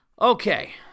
Okay